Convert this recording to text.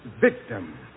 victim